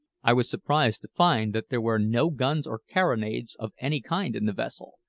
i was surprised to find that there were no guns or carronades of any kind in the vessel,